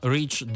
Reach